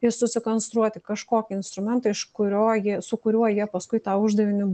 ir susikonstruoti kažkokį instrumentą iš kurio ji su kuriuo jie paskui tą uždavinį